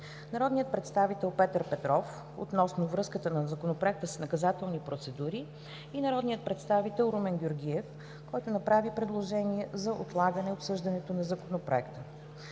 народният представител Петър Петров относно връзката на Законопроекта с наказателни процедури, и народният представител Румен Георгиев, който направи предложение за отлагане обсъждането на Законопроекта.